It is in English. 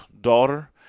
daughter